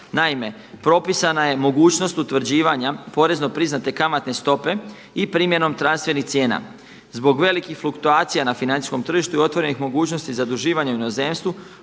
Naime, propisana je mogućnost utvrđivanja porezno priznate kamatne stope i primjenom transfernih cijena. Zbog velikih fluktuacija na financijskom tržištu i otvorenih mogućnosti zaduživanja u inozemstvu